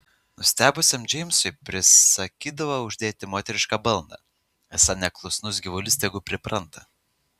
nustebusiam džeimsui prisakydavo uždėti moterišką balną esą neklusnus gyvulys tegu pripranta